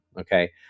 okay